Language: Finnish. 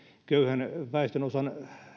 köyhän väestönosan